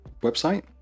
website